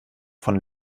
von